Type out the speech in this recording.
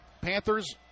Panthers